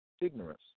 ignorance